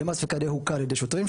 דמאס פיקדה הוכה על ידי שוטרים,